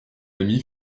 ami